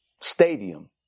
Stadium